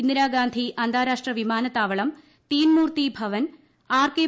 ഇന്ദിരാഗാന്ധി അന്താരാഷ്ട്ര വിമാനത്താവളം തീൻ മൂർത്തീ ഭവൻ ആർട്ക്